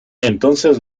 entonces